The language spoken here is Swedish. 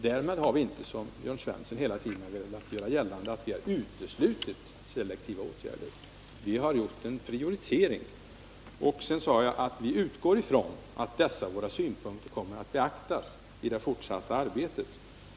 Därmed har vi inte, som Jörn Svensson hela tiden velat göra gällande, uteslutit selektiva åtgärder. Vi har gjort en prioritering. Sedan sade jag att vi utgår från att dessa våra synpunkter kommer att beaktas i det fortsatta arbetet.